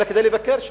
אלא כדי לבקר שם,